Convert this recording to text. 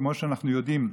כמו שאנחנו יודעים,